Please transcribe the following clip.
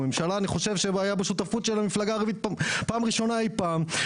אלא ממשלה שבה הייתה שותפות שלהם בפעם הראשונה אי פעם,